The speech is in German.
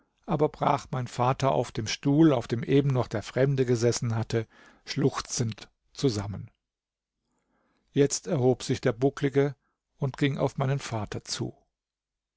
aber brach mein vater auf dem stuhl auf dem eben noch der fremde gesessen hatte schluchzend zusammen jetzt erhob sich der bucklige und ging auf meinen vater zu